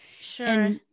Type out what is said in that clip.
Sure